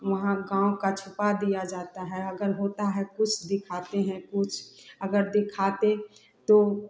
वहाँ गाँव का छुपा दिया जाता है अगर होता है कुछ दिखाते हैं कुछ अगर दिखाते तो